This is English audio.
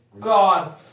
God